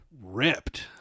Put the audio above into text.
ripped